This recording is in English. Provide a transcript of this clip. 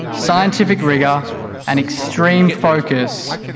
scientific rigour and extreme focus,